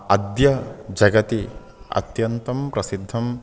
अद्य जगति अत्यन्तं प्रसिद्धम्